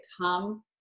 come